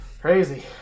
Crazy